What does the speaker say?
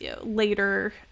later